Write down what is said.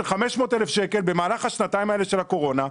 500,000 שקל במהלך השנתיים האלה של הקורונה,